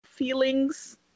feelings